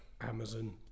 Amazon